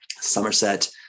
Somerset